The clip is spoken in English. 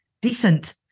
decent